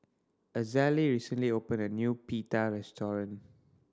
Azalee recently opened a new Pita restaurant